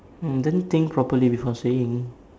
ah then think properly before saying